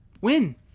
win